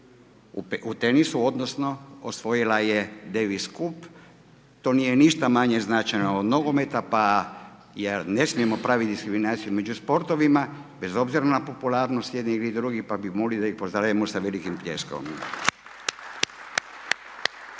u tenisu, odnosno osvojila je Davis Cup, to nije ništa manje značajno od nogometa, pa ne smijemo praviti diskriminaciju među sportovima, bez obzira na popularnost jednih ili drugih, pa bih molio da ih pozdravimo sa velikim pljeskom.